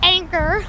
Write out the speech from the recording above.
Anchor